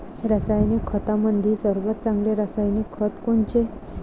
रासायनिक खतामंदी सर्वात चांगले रासायनिक खत कोनचे?